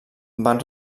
van